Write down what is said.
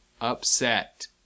Upset